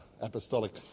apostolic